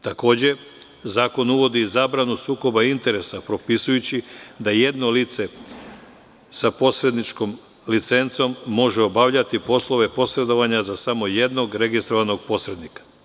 Takođe, zakon uvodi zabranu sukoba interesa propisujući da jedno lice sa posredničkom licencom može obavljati poslove posredovanja za samo jednog registrovanog posrednika.